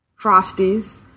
frosties